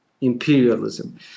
imperialism